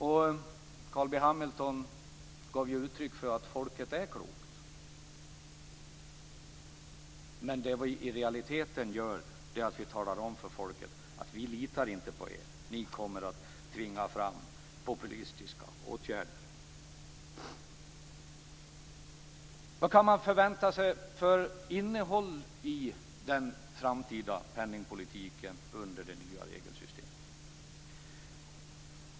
Carl B Hamilton gav uttryck för att folket är klokt. Det vi i realiteten gör är att vi talar om för människor att vi inte litar på dem och att de kommer att tvinga fram populistiska åtgärder. Vad kan man förvänta sig för innehåll i den framtida penningpolitiken under det nya regelsystemet?